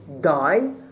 die